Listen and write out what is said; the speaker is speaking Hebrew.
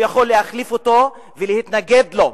הוא יכול להחליף אותו ולהתנגד לו.